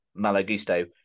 Malagusto